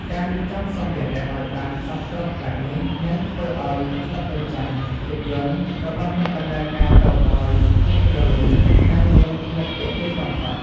ការរៀបចំសម្ភារៈឱ្យបានសព្វគ្រប់បែបនេះ នឹងធ្វើឱ្យក្លឹបបញ្ចាំងភាពយន្តរបស់អ្នកដំណើរការទៅដោយភាពរលូន និងមានភាពទាក់ទាញបំផុត។